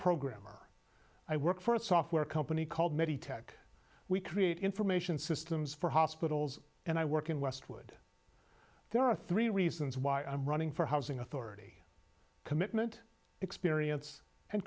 programmer i work for a software company called medi tech we create information systems for hospitals and i work in westwood there are three reasons why i'm running for housing authority commitment experience and